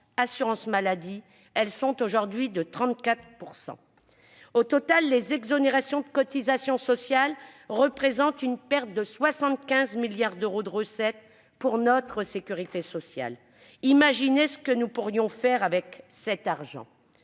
assurance maladie, contre 34 % aujourd'hui. Au total, les exonérations de cotisations sociales représentent une perte de 75 milliards d'euros de recettes pour notre sécurité sociale. Imaginez ce que nous pourrions faire avec cet argent